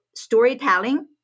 Storytelling